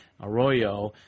Arroyo